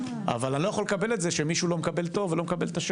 אבל לא יכול לקבל את זה שמישהו לא מקבל תור ואת השירות.